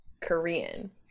Korean